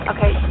Okay